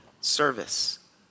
service